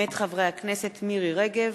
מאת חברות הכנסת מירי רגב,